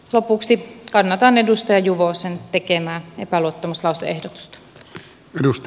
lopuksi kannatan edustaja juvosen tekemää epäluottamuslause ehdotusta